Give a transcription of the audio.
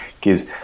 gives